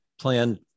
plan